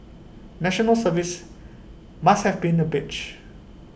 National Service must have been A bitch